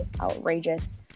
outrageous